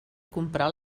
comprar